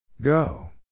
Go